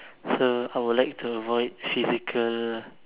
so I would like to avoid physical